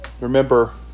Remember